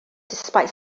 despite